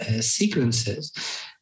sequences